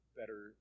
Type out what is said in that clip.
better